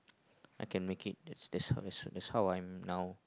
I can make a state that's how that's how I'm now